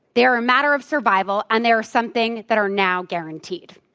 they're a matter of survival and they are something that are now guaranteed.